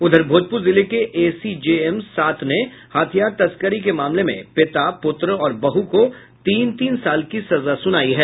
उधर भोजपुर जिले के एसीजेएम सात ने हथियार तस्करी के मामले में पिता पुत्र और बहू को तीन तीन साल की सजा सुनायी है